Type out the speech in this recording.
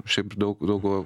šiaip daug daug ko